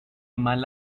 mal